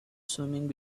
swimming